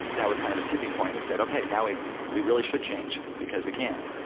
that was kind of the tipping point that said, okay. now we we really should change, because we can,